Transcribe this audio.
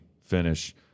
finish